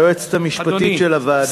ליועצת המשפטית של הוועדה,